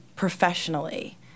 professionally